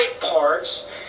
parts